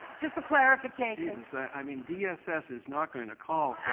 just a clarification so i mean dss is not going to call,